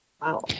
wow